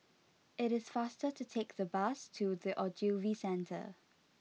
it is faster to take the bus to The Ogilvy Centre